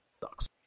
sucks